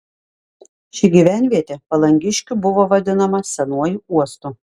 ši gyvenvietė palangiškių buvo vadinama senuoju uostu